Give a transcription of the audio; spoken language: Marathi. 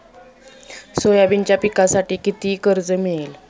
सोयाबीनच्या पिकांसाठी किती कर्ज मिळेल?